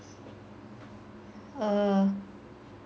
err